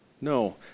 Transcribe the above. No